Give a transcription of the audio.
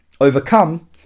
overcome